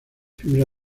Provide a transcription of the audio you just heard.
fibra